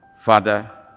Father